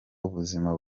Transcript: ubuzima